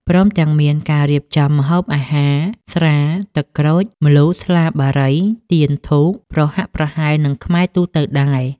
ព្រមទាំងមានការរៀបចំម្ហូបអាហារ ស្រា ទឹកក្រូច ម្លូ ស្លា បារី ទៀន ធូប ប្រហាក់ប្រហែលនឹងខ្មែរទូទៅដែរ ។